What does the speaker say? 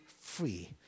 free